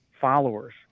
followers